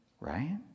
Right